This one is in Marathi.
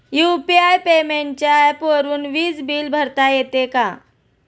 यु.पी.आय पेमेंटच्या ऍपवरुन वीज बिल भरता येते का?